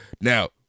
Now